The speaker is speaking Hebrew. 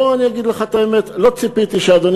בוא אני אגיד לך את האמת: לא ציפיתי שאדוני